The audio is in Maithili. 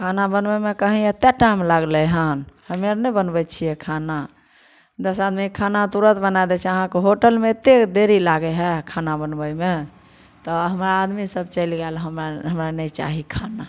खाना बनबैमे कही एत्ता टाइम लागलै हन हमे आर नहि बनबैत छियै खाना दश आदमीके खाना तुरत बना दै छियै अहाँके होटलमे एतेक देरी लागैत हय खाना बनबैमे तऽ हमरा आदमी सब चलि गेल हमरा हमरा नहि चाही खाना